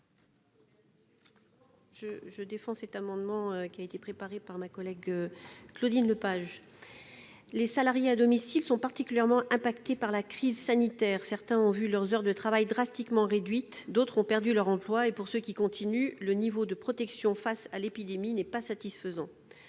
d'un amendement de ma collègue Claudine Lepage. Les salariés à domicile sont particulièrement impactés par la crise sanitaire. Certains ont vu leurs heures de travail drastiquement réduites, d'autres ont perdu leur emploi et, pour ceux qui continuent à travailler, le niveau de protection contre l'épidémie n'est pas satisfaisant.